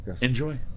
Enjoy